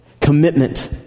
Commitment